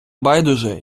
байдуже